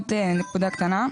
עוד נקודה קטנה,